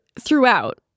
throughout